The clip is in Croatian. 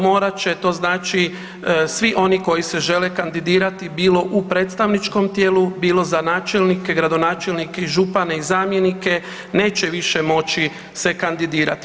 Morat će to znači svi oni koji se žele kandidirati bilo u predstavničkom tijelu, bilo za načelnike, gradonačelnike i župane i zamjenike neće više moći se kandidirati.